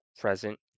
present